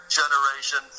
generation